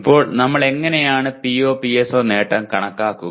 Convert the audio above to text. ഇപ്പോൾ നമ്മൾ എങ്ങനെയാണ് POPSO നേട്ടം കണക്കാക്കുക